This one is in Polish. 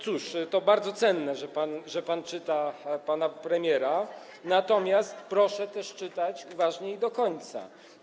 Cóż, to bardzo cenne, że pan czyta pana premiera, natomiast proszę też czytać uważnie do końca.